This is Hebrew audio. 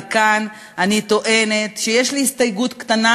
וכאן אני טוענת שיש לי הסתייגות קטנה,